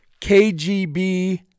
KGB